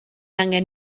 angen